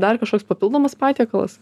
dar kažkoks papildomas patiekalas